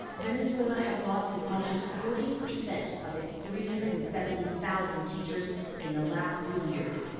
venezuela has lost as much as forty percent of its three hundred and seventy thousand teachers in the last three years.